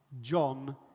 John